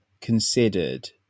considered